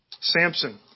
Samson